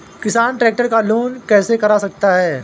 किसान ट्रैक्टर का लोन कैसे करा सकता है?